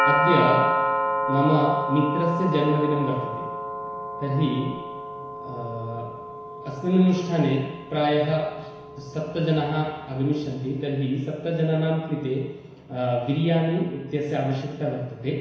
अद्य मम मित्रस्य जन्मदिनं वर्तते तर्हि अस्मिन् अनुष्ठाने प्रायः स् सप्तजनाः आगमिष्यन्ति तर्हि सप्तजनानां कृते बिर्यानि इत्यस्य आवश्यकता वर्तते